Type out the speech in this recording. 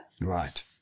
Right